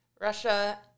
Russia